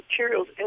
materials